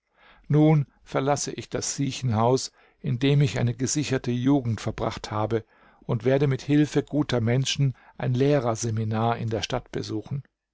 nun verlasse ich das siechenhaus in dem ich eine gesicherte jugend verbracht habe und werde mit hilfe guter menschen ein lehrerseminar in der stadt besuchen